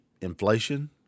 inflation